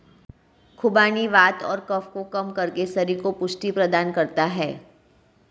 खुबानी वात और कफ को कम करके शरीर को पुष्टि प्रदान करता है